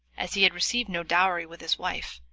as he had received no dowry with his wife,